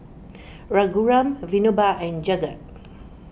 Raghuram Vinoba and Jagat